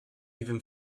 even